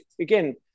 again